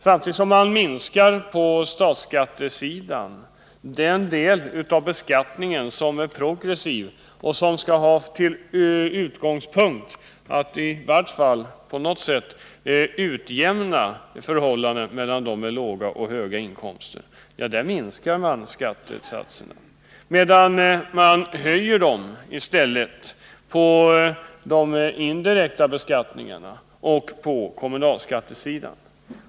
Samtidigt som man minskar skattesatserna på statsskattesidan — den del av beskattningen som är progressiv och skall ha till syfte att i vart fall i viss utsträckning utjämna förhållandet mellan dem med låga och höga inkomster — höjer man i stället de indirekta skatterna och kommunalskatterna.